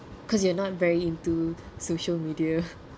cause you are not very into social media